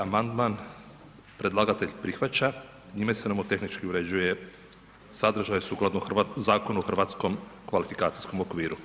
2. amandman predlagatelj prihvaća, njime se nomotehnički uređuje sadržaj sukladno Zakonu o hrvatskom kvalifikacijskom okviru.